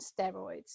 steroids